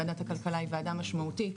ועדת הכלכלה היא ועדה משמעותית.